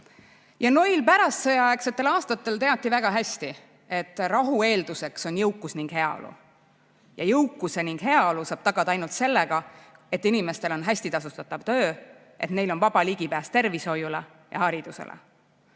Ja noil pärastsõjaaegsetel aastatel teati väga hästi, et rahu eelduseks on jõukus ning heaolu. Ja jõukuse ning heaolu saab tagada ainult sellega, et inimestel on hästi tasustatav töö, et neil on vaba ligipääs tervishoiule ja haridusele.